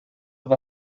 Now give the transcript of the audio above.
with